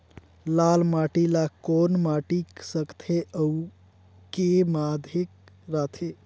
लाल माटी ला कौन माटी सकथे अउ के माधेक राथे?